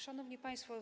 Szanowni Państwo!